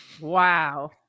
wow